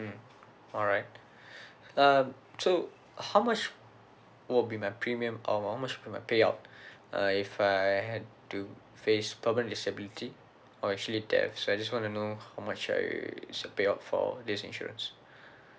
mm alright um so how much will be my premium or how much for my payout uh if I had to face permanent disability or actually death so I just want to know how much I is the payout for this insurance